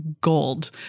gold